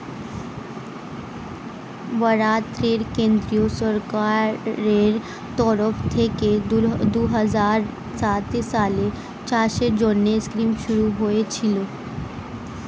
produce মানে হচ্ছে উৎপাদন, যেইগুলো যেকোন জিনিস থেকে আসে